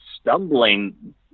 stumbling